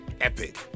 epic